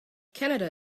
canada